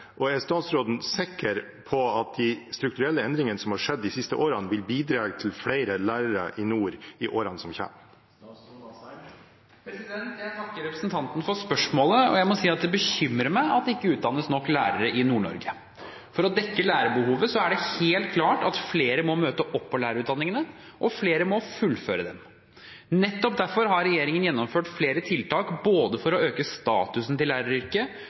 og er statsråden sikker på at de strukturelle endringene som har skjedd de siste årene, vil bidra til flere lærere i nord i årene som kommer?» Jeg takker representanten Meisfjord Jøsevold for spørsmålet. Jeg må si at det bekymrer meg at det ikke utdannes nok lærere i Nord-Norge. For å dekke lærerbehovet er det helt klart at flere må møte opp på lærerutdanningene, og flere må fullføre dem. Nettopp derfor har regjeringen gjennomført flere tiltak både for å øke statusen til læreryrket